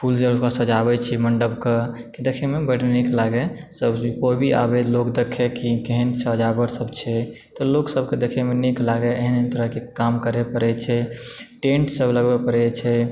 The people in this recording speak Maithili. फूलसँ ओकरा सजाबय छियै मण्डपके देखमे बड्ड निक लागय सभ जे कोई भी आबए लोक देखए कि केहन सजावटसभ छै तऽ लोक सभकेँ देखयमे नीक लागय एहन एहन तरहके काम करय पड़ैत छै टेंटसभ लगबय पड़ैत छै